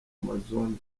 amazon